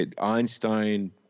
Einstein